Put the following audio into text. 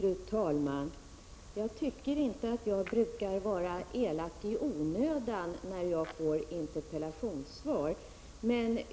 Fru talman! Jag tycker inte att jag brukar vara elak i onödan när jag får svar på interpellationer.